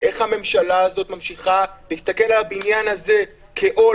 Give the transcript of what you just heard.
איך הממשלה הזאת ממשיכה להסתכל על הבניין הזה כעול,